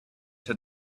had